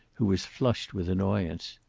who was flushed with annoyance.